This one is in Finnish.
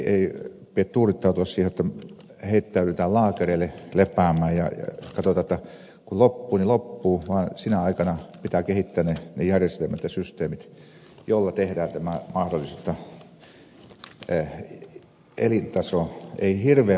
ei pidä tuudittautua siihen jotta heittäydytään laakereille lepäämään ja katsotaan jotta kun loppuu niin loppuu vaan sinä aikana pitää kehittää ne järjestelmät ja systeemit joilla tehdään tämä mahdolliseksi jotta elintasoa ei hirveän paljon tarvitse laskea